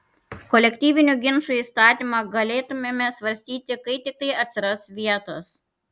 kolektyvinių ginčų įstatymą galėtumėme svarstyti kai tiktai atsiras vietos